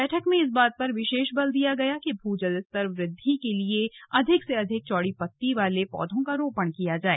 बैठक में इस बात पर विशेष बल दिया गया भू जल स्तर वृद्धि के लिए अधिक से अधिक चौड़ी पत्ती के पौधों का रोपण किया जाए